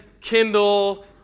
kindle